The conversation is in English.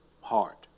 heart